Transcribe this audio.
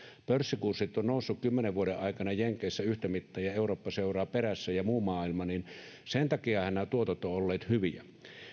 pörssikurssit ovat nousseet kymmenen vuoden aikana jenkeissä yhtä mittaa ja eurooppa ja muu maailma seuraavat perässä sen takiahan nämä tuotot ovat olleet hyviä